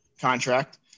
contract